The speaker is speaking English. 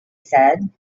said